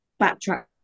backtrack